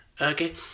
okay